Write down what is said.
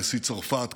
נשיא צרפת,